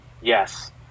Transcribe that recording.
Yes